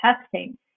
testing